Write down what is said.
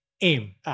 aim